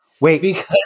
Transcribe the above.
wait